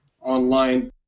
online